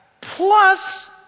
plus